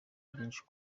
byinshi